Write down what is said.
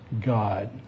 God